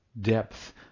depth